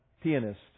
pianist